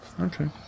Okay